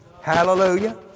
Hallelujah